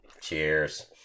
Cheers